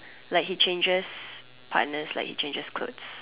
like he changes partners like he changes clothes